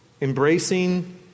Embracing